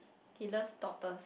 he loves daughters